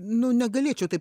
nu negalėčiau taip